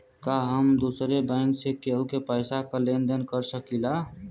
का हम दूसरे बैंक से केहू के पैसा क लेन देन कर सकिला?